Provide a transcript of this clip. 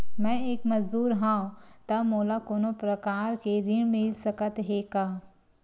मैं एक मजदूर हंव त मोला कोनो प्रकार के ऋण मिल सकत हे का?